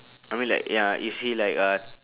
I mean like ya is he like uh